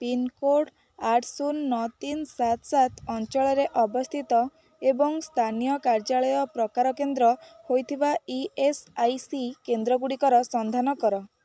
pincode ଆଠ ଶୂନ ନଅ ତିନ ସାତ ସାତ ଅଞ୍ଚଳରେ ଅବସ୍ଥିତ ଏବଂ ସ୍ଥାନୀୟ କାର୍ଯ୍ୟାଳୟ ପ୍ରକାର କେନ୍ଦ୍ର ହୋଇଥିବା ଇ ଏସ୍ ଆଇ ସି କେନ୍ଦ୍ରଗୁଡ଼ିକର ସନ୍ଧାନ କର